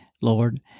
Lord